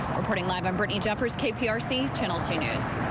reporting live, um brittany jeffers, kprc channel two news.